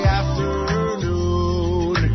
afternoon